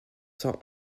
cent